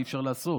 אי-אפשר לעשות.